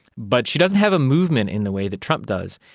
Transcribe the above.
but she doesn't have a movement in the way that trump does.